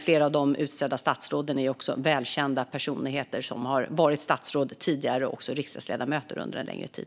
Flera av de utsedda statsråden är också välkända personligheter som har varit statsråd tidigare och även riksdagsledamöter under en längre tid.